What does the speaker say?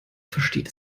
versteht